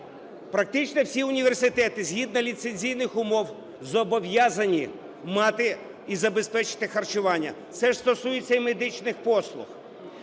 Практично всі університети згідно ліцензійних умов зобов'язані мати і забезпечити харчування, це ж стосується і медичних послуг.